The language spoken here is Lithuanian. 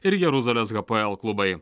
ir jeruzalės hapoel klubai